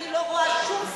כי אני לא רואה שום סיבה,